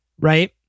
right